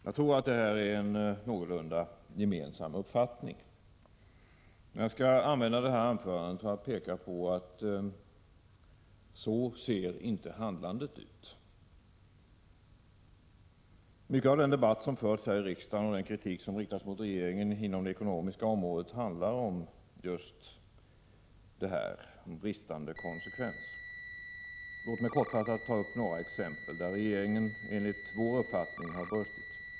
Jag tror detta är en någorlunda gemensam uppfattning, men jag skall använda det här anförandet till att peka på att handlandet inte överensstämmer med detta. Mycket av den debatt som förts här i riksdagen och den kritik som riktats mot regeringen på det ekonomiska området handlar om just bristande konsekvens. Låt mig kortfattat ta upp några exempel där regeringen enligt vår uppfattning har brustit.